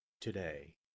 today